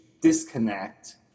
disconnect